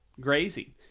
grazing